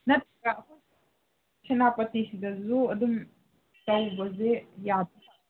ꯅꯠꯇ꯭ꯔꯒ ꯁꯦꯅꯥꯄꯥꯇꯤ ꯁꯤꯗꯁꯨ ꯑꯗꯨꯝ ꯇꯧꯕꯁꯦ ꯌꯥꯗꯣꯏꯖꯥꯠꯂꯣ